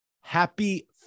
Happy